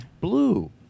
Blue